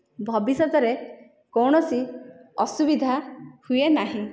ଭବିଷ୍ୟତ ରେ କୌଣସି ଅସୁବିଧା ହୁଏ ନାହିଁ